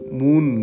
moon